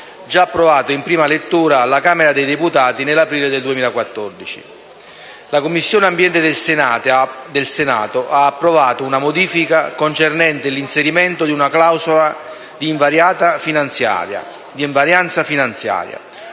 La Commissione ambiente del Senato ha approvato una modifica concernente l'inserimento di una clausola di invarianza finanziaria: